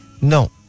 no